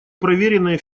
проверенные